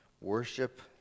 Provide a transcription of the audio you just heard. worship